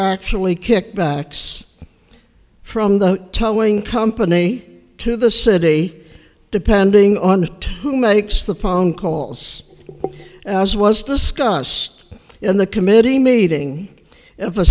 actually kickbacks from the towing company to the city depending on who makes the phone calls as was discussed in the committee meeting if a